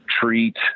treat